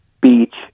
Beach